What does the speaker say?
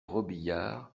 robiliard